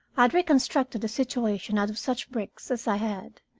had reconstructed a situation out of such bricks as i had,